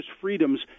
freedoms